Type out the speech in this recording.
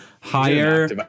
higher